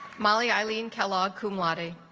molly aileen kellogg kumoi ah t